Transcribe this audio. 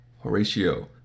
Horatio